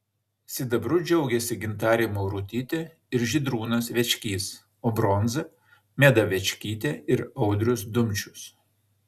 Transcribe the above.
sidabru džiaugėsi gintarė maurutytė ir žydrūnas večkys o bronza meda večkytė ir audrius dumčius